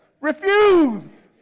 refuse